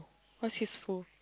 why he's full